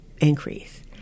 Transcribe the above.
increase